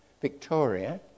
Victoria